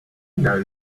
know